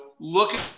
Look